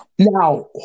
Now